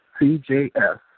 CJS